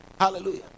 Hallelujah